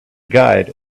guide